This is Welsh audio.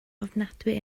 ofnadwy